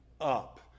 up